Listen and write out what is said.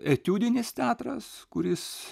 etiudinis teatras kuris